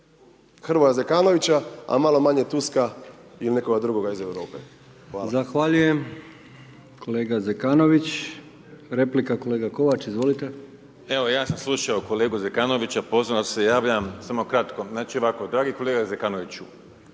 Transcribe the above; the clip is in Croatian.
Hrvoja Zekanovića a malo manje Tuska ili nekoga drugoga iz Europe. Hvala. **Brkić, Milijan (HDZ)** Zahvaljujem kolega Zekanović. Replika kolega Kovač, izvolite. **Kovač, Miro (HDZ)** Evo ja sam slušao kolegu Zekanovića pozorno, javljam se samo kratko. Znači ovako, dragi kolega Zekanoviću,